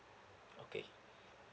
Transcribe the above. okay